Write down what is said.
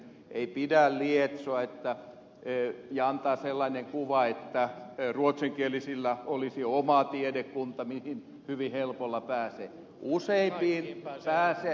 ei pidä lietsoa ja antaa sellaista kuvaa että ruotsinkielisillä olisi oma tiedekunta mihin hyvin helpolla pääsee